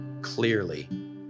clearly